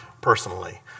personally